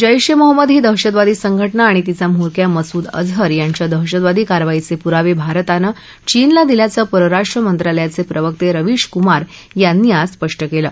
जैश ए मोहम्मद ही दहशतवादी संघटना आणि तिचा म्होरक्या मसूद अजहर याच्या दहशतवादी कारवाईचप्रियवभिरतानं चीनला दिल्याचं परराष्ट्र मंत्रालयाचप्रिवर्त उंविश कुमार यांनी आज स्पष्ट कलि